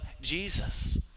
Jesus